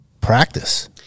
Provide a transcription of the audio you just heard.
practice